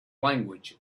language